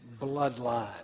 bloodline